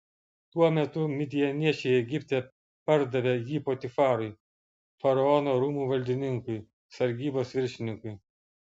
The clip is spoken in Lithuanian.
tuo metu midjaniečiai egipte pardavė jį potifarui faraono rūmų valdininkui sargybos viršininkui